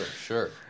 Sure